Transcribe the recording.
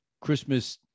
Christmas